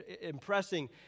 impressing